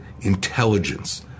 intelligence